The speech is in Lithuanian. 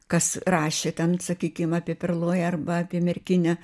kas rašė ten sakykim apie perloją arba apie merkinę